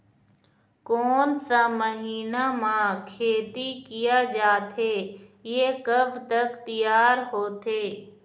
कोन सा महीना मा खेती किया जाथे ये कब तक तियार होथे?